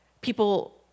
people